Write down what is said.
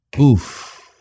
Oof